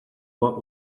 what